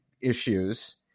issues